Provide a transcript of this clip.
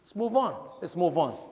move on it's move on